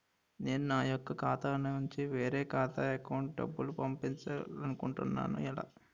నేను నా యెక్క ఖాతా నుంచి వేరే వారి అకౌంట్ కు డబ్బులు పంపించాలనుకుంటున్నా ఎలా?